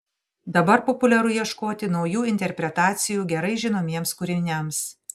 dabar populiaru ieškoti naujų interpretacijų gerai žinomiems kūriniams